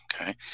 Okay